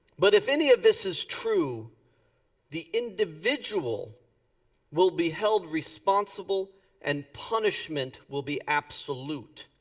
but if any of this is true the individual will be held responsible and punishment will be absolute.